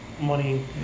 money